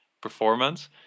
performance